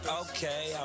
okay